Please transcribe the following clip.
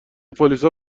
پلیسا